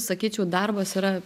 sakyčiau darbas yra